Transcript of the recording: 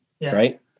right